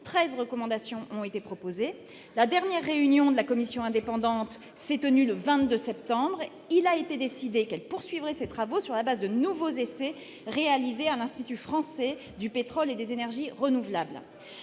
13 recommandations ont été proposées. La dernière réunion de la commission indépendante s'est tenue le 22 septembre dernier. Il a été décidé qu'elle poursuivrait ses travaux sur la base de nouveaux essais, réalisés au sein de l'Institut français du pétrole et des énergies nouvelles.